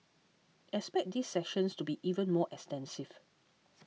expect these sessions to be even more extensive